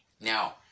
Now